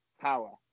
power